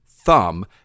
thumb